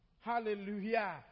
Hallelujah